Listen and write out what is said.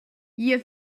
you